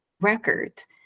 records